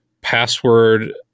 password